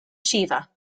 shiva